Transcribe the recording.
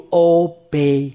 obey